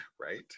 Right